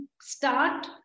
start